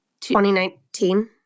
2019